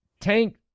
Tank